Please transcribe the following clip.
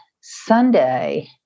Sunday